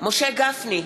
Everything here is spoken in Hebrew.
משה גפני,